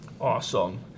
Awesome